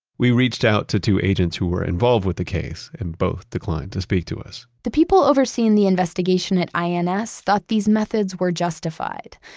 we reached out to two agents who were involved with the case, and both declined to speak to us the people overseeing the investigation at ins thought these methods were justified.